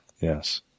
yes